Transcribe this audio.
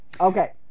Okay